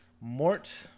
Mort